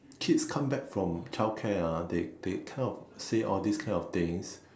kids come back from child care ah they they kind of say all these kind of things